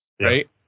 Right